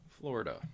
Florida